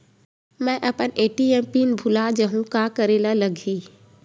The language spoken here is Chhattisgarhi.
मैं अपन ए.टी.एम पिन भुला जहु का करे ला लगही?